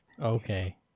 Okay